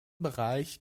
bereich